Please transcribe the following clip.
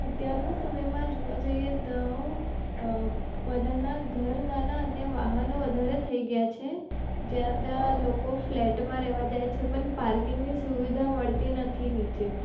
અત્યારના સમયમાં જોવા જઈએ તો બધાનાં ઘર નાનાં અને વાહનો વધારે થઈ ગયાં છે જ્યાં ત્યાં લોકો ફ્લેટમાં રહેવા જાય છે પણ પાર્કિંગની સુવિધા મળતી નથી નીચે